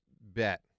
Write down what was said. bet